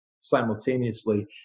simultaneously